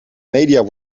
media